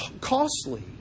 costly